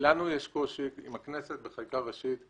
לנו יש קושי עם הכנסת בחקיקה ראשית.